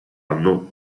anno